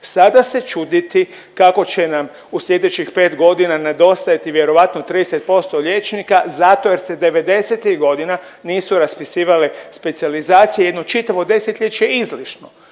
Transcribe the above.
Sada se čuditi kako će nam u slijedećih 5.g. nedostajati vjerojatno 30% liječnika zato jer se '90.-tih godina nisu raspisivale specijalizacije jedno čitavo 10-ljeće izlišno,